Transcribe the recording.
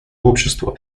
общество